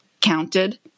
counted